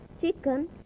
chicken